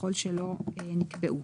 ככל שלא נקבעו.